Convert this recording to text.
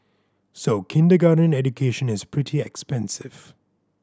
so kindergarten education is pretty expensive